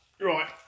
right